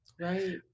right